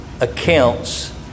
accounts